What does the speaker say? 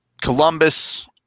Columbus